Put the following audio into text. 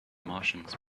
martians